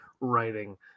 writing